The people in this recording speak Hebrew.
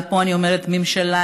ופה אני אומרת ממשלה,